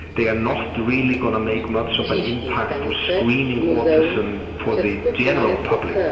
they are not really going to make much of an impact for screening autism for the general public.